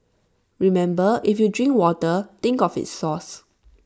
remember if you drink water think of its source